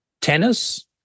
tennis